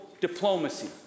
Diplomacy